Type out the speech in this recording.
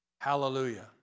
Hallelujah